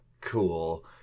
cool